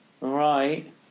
Right